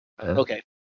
Okay